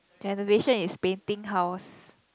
the renovation is painting house